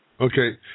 Okay